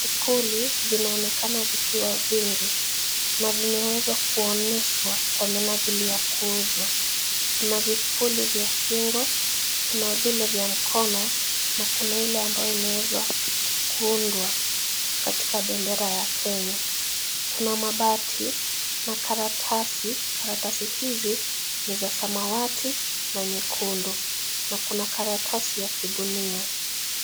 Vipuli vinaonekana vikiwa vingi na vimeweza kuonyeshwa kwa minajili ya kuuzwa, kuna vipuli vya shingo kuna vile vya mkono na kuna ile ambayo inaweza kuundwa katika bendera ya Kenya. Kuna mabati na karatasi , karatasi hizi ni za samawati na nyekundu na kuna karatasi ya kigunia.